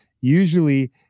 usually